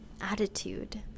attitude